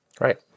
Right